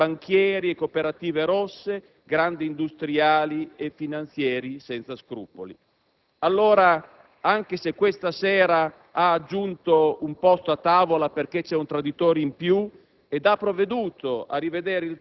e accarezzato amorevolmente banchieri, cooperative rosse, grandi industriali e finanziari senza scrupoli. Allora, anche se questa sera ha aggiunto un posto a tavola perché c'è un traditore in più